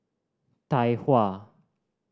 Tai Hua